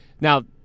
Now